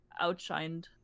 outshined